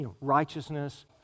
righteousness